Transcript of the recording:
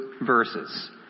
verses